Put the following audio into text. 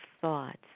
thoughts